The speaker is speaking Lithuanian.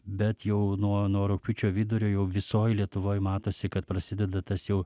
bet jau nuo nuo rugpjūčio vidurio jau visoj lietuvoj matosi kad prasideda tas jau